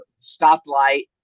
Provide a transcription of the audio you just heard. stoplight